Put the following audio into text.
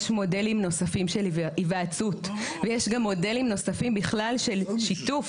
יש מודלים נוספים של היוועצות ויש גם מודלים נוספים בכלל של שיתוף